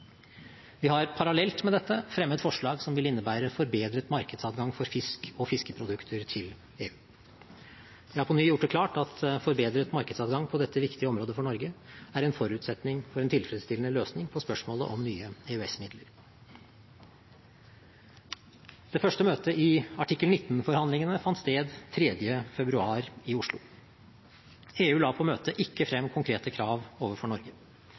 Vi har parallelt med dette fremmet forslag som vil innebære forbedret markedsadgang for fisk og fiskeprodukter til EU. Jeg har på ny gjort det klart at forbedret markedsadgang på dette viktige området for Norge er en forutsetning for en tilfredsstillende løsning på spørsmålet om nye EØS-midler. Det første møtet i artikkel l9-forhandlingene fant sted 3. februar i Oslo. EU la på møtet ikke frem konkrete krav overfor Norge.